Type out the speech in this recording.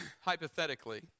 Hypothetically